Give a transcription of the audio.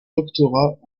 doctorat